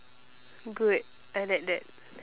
good I like that